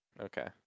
Okay